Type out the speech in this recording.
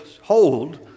hold